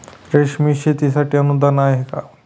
रेशीम शेतीसाठी अनुदान आहे का?